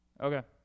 okay